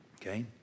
Okay